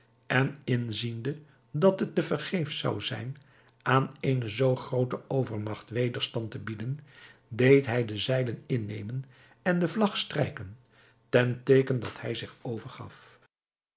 en inziende dat het te vergeefs zou zijn aan eene zoo groote overmagt wederstand te bieden deed hij de zeilen innemen en de vlag strijken ten teeken dat hij zich overgaf